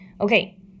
Okay